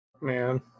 Man